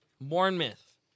Bournemouth